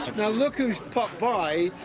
now look who stopped by,